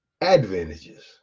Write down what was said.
advantages